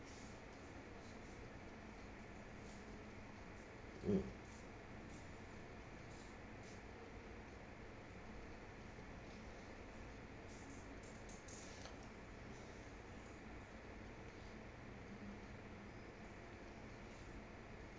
mm